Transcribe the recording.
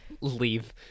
leave